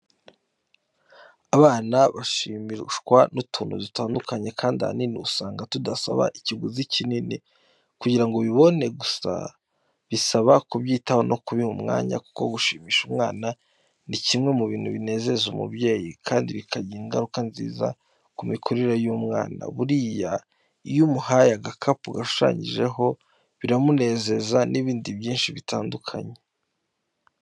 Abana bashimishwa n'utuntu dutandukanye kandi ahanini usanga tudasaba ikiguzi kinini kugira ngo ubibone, gusa bisaba kubyitaho no kubiha umwanya kuko gushimisha umwana ni kimwe mu bintu binezeza umubyeyi kandi bikagira ingaruka nziza ku mikurire y'umwana. Buriya iyo umuhaye agakapu gashushanyijeho biramunezeza n'ibindi byinshi bitandukanye.